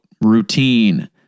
routine